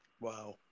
Wow